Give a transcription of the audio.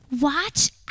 Watch